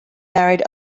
married